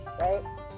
right